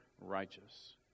righteous